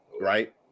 right